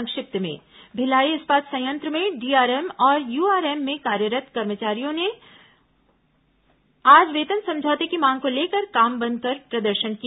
संक्षिप्त समाचार भिलाई इस्पात संयंत्र में डीआरएम और यूआरएम में कार्यरत् कर्मचारियों न आज वेतन समझौते की मांग को लेकर काम बंद कर प्रदर्शन किया